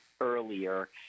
earlier